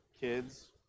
kids